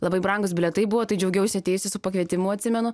labai brangūs bilietai buvo tai džiaugiausi atėjusi su pakvietimu atsimenu